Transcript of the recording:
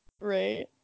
Right